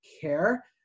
care